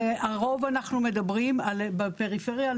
הרי הרוב אנחנו מדברים בפריפריה על